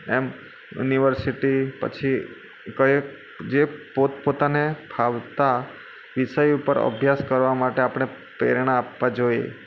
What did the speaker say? એમ university પછી કયો જે પોત પોતાને ફાવતા વિષય ઉપર અભ્યાસ કરવા માટે આપણે પ્રેરણા આપવી જોઈએ